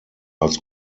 als